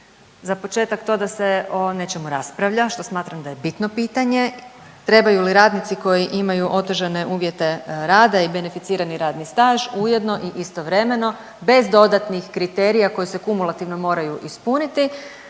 za početak to da se o nečemu raspravlja što smatram da je bitno pitanje. Trebaju li radnici koji imaju otežane uvjete rada i beneficirani radni staž ujedno i istovremeno bez dodatnih kriterija koji se kumulativno moraju ispuniti